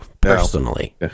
personally